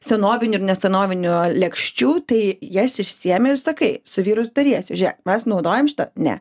senovinių ir nesenovinių lėkščių tai jas išsiėmi ir sakai su vyru ir tariesi žė mes naudojam šitą ne